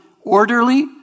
orderly